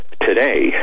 today